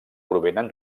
provenen